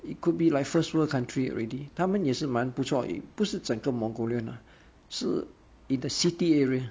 it could be like first world country already 他们也是蛮不错不是整个 mongolia lah 是 in the city area